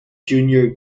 junior